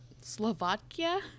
Slovakia